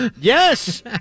Yes